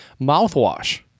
mouthwash